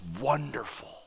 wonderful